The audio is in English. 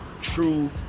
true